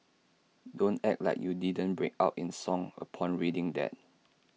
don't act like you didn't break out in song upon reading that